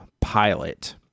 Pilot